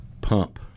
pump